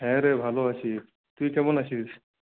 হ্যাঁ রে ভালো আছি তুই কেমন আছিস